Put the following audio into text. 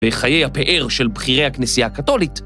בחיי הפאר של בחירי הכנסייה הקתולית.